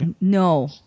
no